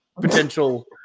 Potential